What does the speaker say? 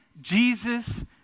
Jesus